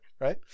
right